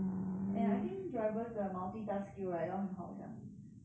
and I think drivers 的 multitask skill right 要很好 sia